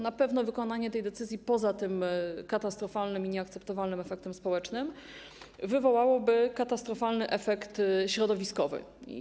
Na pewno wykonanie tej decyzji poza katastrofalnym i nieakceptowalnym efektem społecznym wywołałoby katastrofalny efekt środowiskowy.